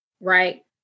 Right